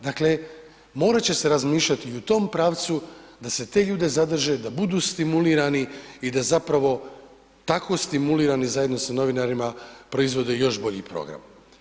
Dakle morat će se razmišljati i u tom pravcu, da se te ljude zadrži, da budu stimulirani i da zapravo takvo stimulirani zajedno sa novinarima proizvode još bolji program.